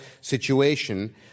situation